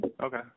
Okay